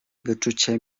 wyczucie